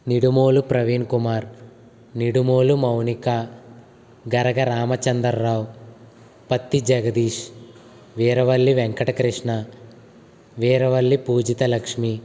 Nidumolu Praveen Kumar Nidumolu Mounika Garaga Ramachandar Rao Patti Jagadish Veeravalli Venkatakrishna Veeravalli Pujitha Lakshmi